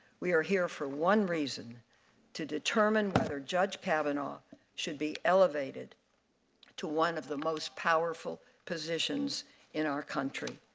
we are here for one reason to determine but if judge kavanaugh should be elevated to one of the most powerful positions in our country.